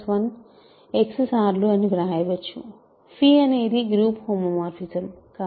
అనేది group homomorphism కాబట్టి 111